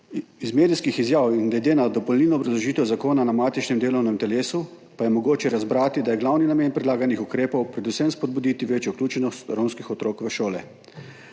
Iz medijskih izjav in glede na dopolnilno obrazložitev zakona na matičnem delovnem telesu pa je mogoče razbrati, da je glavni namen predlaganih ukrepov predvsem spodbuditi večjo vključenost romskih otrok v šole.